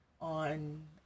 on